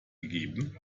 gegeben